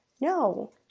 No